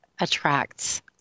attracts